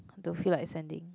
don't feel like sending